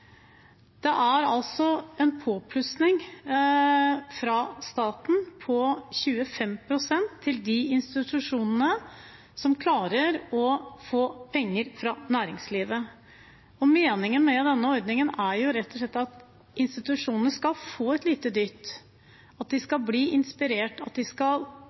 Det er altså en påplussing fra staten på 25 pst. til de institusjonene som klarer å få penger fra næringslivet. Meningen med denne ordningen er jo rett og slett at institusjonene skal få et lite dytt, at de skal bli inspirert, at de skal